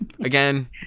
Again